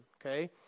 Okay